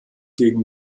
gegen